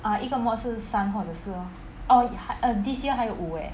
ah 一个 mod 是三或者四 lor err err this year 还有五 leh